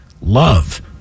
love